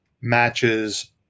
matches